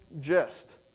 gist